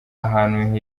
ahantu